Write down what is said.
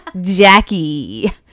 Jackie